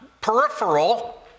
peripheral